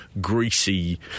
greasy